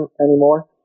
anymore